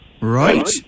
Right